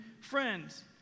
friends